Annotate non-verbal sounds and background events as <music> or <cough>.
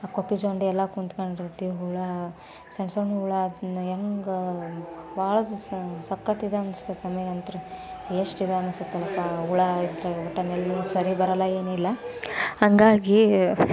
ಆ ಕೊಪ್ಪು ಜೊಂಡೆಯೆಲ್ಲ ಕೂತ್ಕೊಂಡಿರುತ್ತೆ ಹುಳ ಸಣ್ಣ ಸಣ್ಣ ಹುಳು ಅದನ್ನು ಹೆಂಗೆ ಭಾಳ ದಿವಸ ಸಾಕಾತಿದ್ದೆ ಅನ್ಸಿತ್ತು ನಮಗಂತು ಎಷ್ಟು ಇದು ಅನ್ನಿಸುತ್ತಲ್ಲಪ್ಪ ಹುಳು ಇದ್ದರೆ ಊಟದ ಮೇಲೆಯೂ <unintelligible> ಸರಿ ಬರೋಲ್ಲ ಏನೂ ಇಲ್ಲ ಹಂಗಾಗಿ